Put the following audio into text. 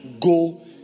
go